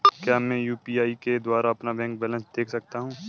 क्या मैं यू.पी.आई के द्वारा अपना बैंक बैलेंस देख सकता हूँ?